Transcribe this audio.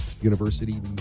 University